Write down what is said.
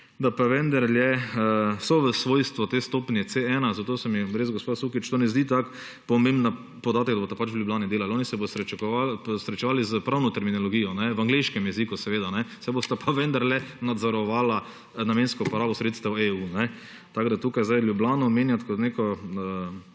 da pa vendarle so v svojstvu te stopnje C1, zato se mi res, gospa Sukič, to ne zdi tako pomemben podatek, da bodo pač v Ljubljani delali. Oni se bodo srečevali s pravno terminologijo v angleškem jeziku, seveda, saj bosta pa vendarle nadzorovala namensko porabo sredstev EU. Tako da tukaj zdaj Ljubljano omenjati kot neko